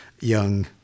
young